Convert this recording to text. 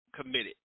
committed